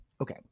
okay